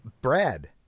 Brad